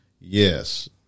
yes